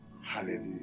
Hallelujah